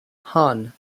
han